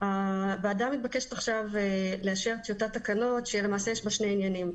הוועדה מתבקשת עכשיו לאשר טיוטת תקנות שלמעשה יש בה שני עניינים.